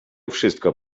wszystko